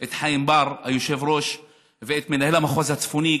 את חיים בר היושב-ראש ואת מנהל המחוז הצפוני,